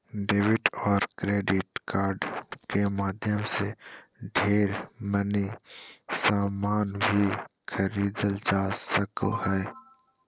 debit और credit card के माध्यम से ढेर मनी सामान भी खरीदल जा सको हय